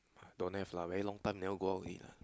don't have lah very long time never go out already lah